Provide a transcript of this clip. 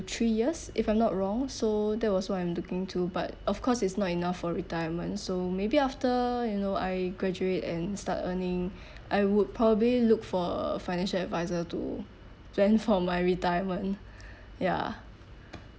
three years if I'm not wrong so that was what I'm looking to but of course it's not enough for retirement so maybe after you know I graduate and start earning I would probably look for a financial adviser to plan for my retirement ya